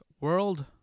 world